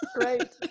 Right